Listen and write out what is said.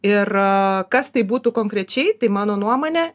ir kas tai būtų konkrečiai tai mano nuomone